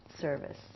service